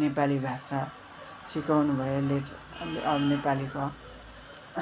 नेपाली भाषा सिकाउनुभयो लेख नेपालीको